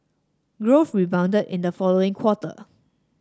growth rebounded in the following quarter